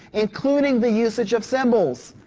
including the usage of symbols.